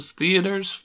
theaters